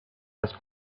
had